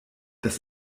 das